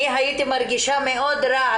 הייתי מרגישה רע מאוד,